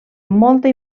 molta